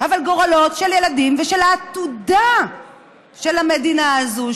אבל גורלות של ילדים ושל העתודה של המדינה הזו,